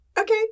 Okay